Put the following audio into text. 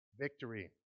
victory